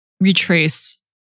retrace